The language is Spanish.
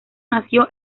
nació